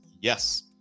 Yes